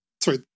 sorry